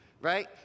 right